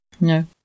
No